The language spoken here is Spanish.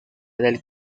del